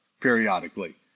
periodically